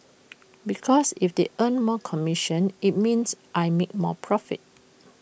because if they earn more commission IT means I make more profit